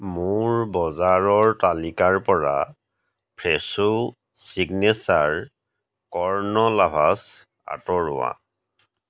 মোৰ বজাৰৰ তালিকাৰ পৰা ফ্ৰেছো ছিগনেচাৰ কৰ্ণ লাভাছ আঁতৰোৱা